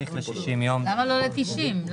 למה לא ל-90 ימים?